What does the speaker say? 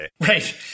Right